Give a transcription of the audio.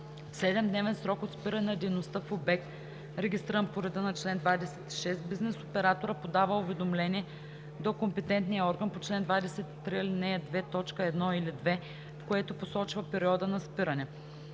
В 7-дневен срок от спиране на дейността в обект, регистриран по реда на чл. 26, бизнес операторът подава уведомление до компетентния орган по чл. 23, ал. 2, т. 1 или 2, в което посочва периода на спиране.